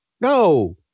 no